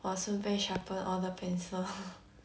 我顺便 sharpen all the pencil